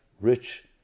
rich